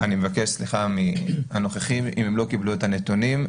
אני מבקש סליחה מי הנוכחים אם הם לא קיבלו את הנתונים.